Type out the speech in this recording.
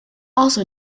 also